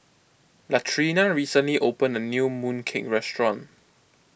Latrina recently opened a new Mooncake restaurant